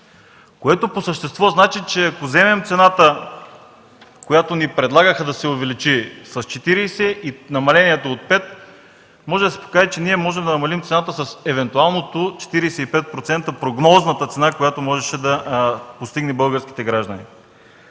което по същество значи, че ако вземем цената, която ни предлагаха да се увеличи с 40, и намалението от 5%, може да се окаже, че можем да намалим цената с евентуалните 45% – прогнозната цена, която можеше да се постигне за българските граждани.